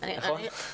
נכון?